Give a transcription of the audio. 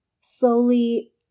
slowly